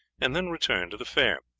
and then returned to the fair.